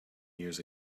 years